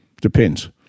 Depends